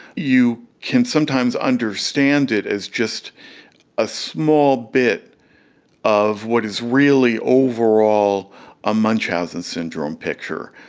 you can sometimes understand it as just a small bit of what is really overall a munchausen syndrome picture.